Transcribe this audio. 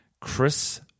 Chris